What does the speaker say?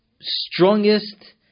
strongest